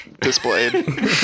displayed